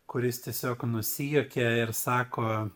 kuris tiesiog nusijuokė ir sako